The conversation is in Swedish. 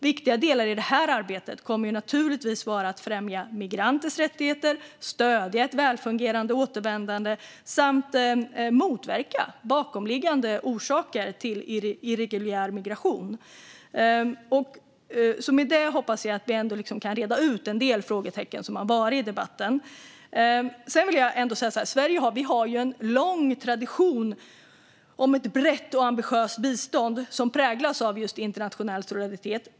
Viktiga delar i detta arbete kommer naturligtvis att vara att främja migranters rättigheter, stödja ett välfungerande återvändande och motverka bakomliggande orsaker till irreguljär migration. Med detta hoppas jag att vi kan räta ut en del frågetecken som har funnits i debatten. Vi i Sverige har en lång tradition av ett brett och ambitiöst bistånd som präglas av just internationell solidaritet.